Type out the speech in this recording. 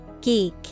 Geek